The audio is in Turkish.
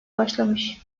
başlamış